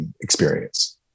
experience